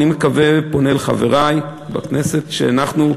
אני מקווה, פונה אל חברי בכנסת, שאנחנו,